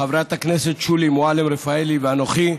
חברת הכנסת שולי מועלם-רפאלי ואנוכי,